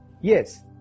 Yes